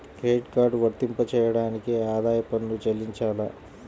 Credit card వర్తింపజేయడానికి ఆదాయపు పన్ను చెల్లించాలా?